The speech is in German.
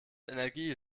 energie